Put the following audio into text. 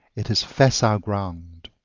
it is facile ground.